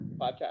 podcast